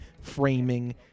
framing